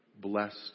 Blessed